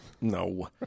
No